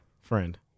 Friend